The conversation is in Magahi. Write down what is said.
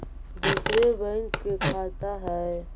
दुसरे बैंक के खाता हैं?